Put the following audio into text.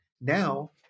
Now